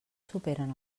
superen